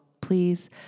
please